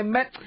Met